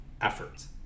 efforts